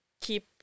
keep